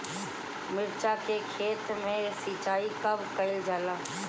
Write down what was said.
मिर्चा के खेत में सिचाई कब कइल जाला?